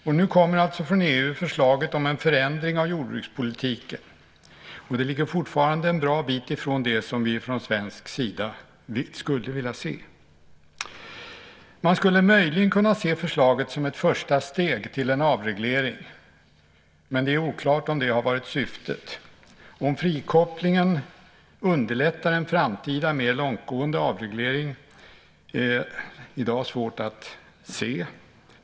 Och nu kommer alltså från EU förslaget om en förändring av jordbrukspolitiken. Det ligger fortfarande en bra bit ifrån det som vi från svensk sida skulle vilja se. Man skulle möjligen kunna se förslaget som ett första steg till en avreglering, men det är oklart om det har varit syftet. Om frikopplingen underlättar en framtida mer långtgående avreglering är i dag svårt att se.